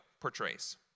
portrays